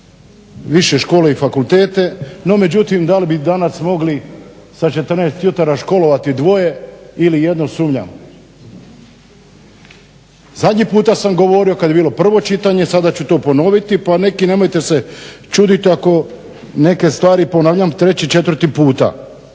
više škole i fakultete. No međutim, da li bi danas mogli sa 14 jutara školovati dvoje ili jedno sumnjam. Zadnji puta sam govorio kada je bilo prvo čitanje, sada ću to ponoviti, pa neki nemojte se čuditi ako neke stvari ponavljam treći, četvrti puta.